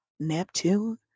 Neptune